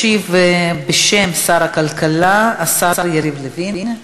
ישיב בשם שר הכלכלה השר יריב לוין.